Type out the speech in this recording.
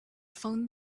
phone